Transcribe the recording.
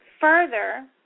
further